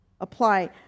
Apply